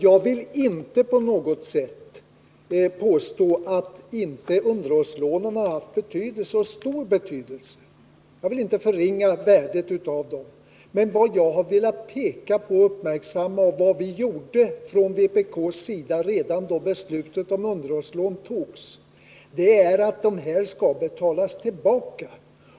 Jag vill inte på något sätt förringa värdet av underhållslånen. De har haft en stor betydelse. Vad jag har velat peka på, och det gjorde vpk redan då beslutet om underhållslån fattades, är att lånen skall betalas tillbaka.